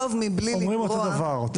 אני חושבת שאנחנו נכתוב מבלי לגרוע מהסעיף